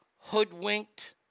hoodwinked